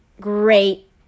Great